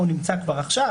נמצא כבר עכשיו.